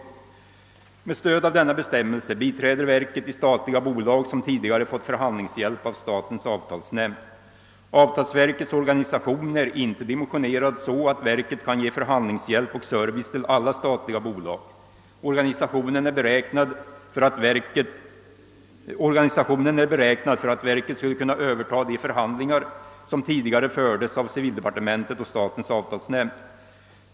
Med stöd av denna bestämmelse biträder verket de statliga bolag som tidigare fått förhandlingshjälp av statens avtalsnämnd. Avtalsverkets organisation är inte dimensionerad så att verket kan ge förhandlingshjälp och service till alla statliga bolag. Organisationen är beräknad för att verket skulle kunna överta de förhandlingar som tidigare fördes av civildepartementet och statens avtalsnämnd.